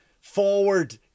forward